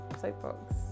soapbox